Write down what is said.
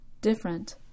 different